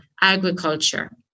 agriculture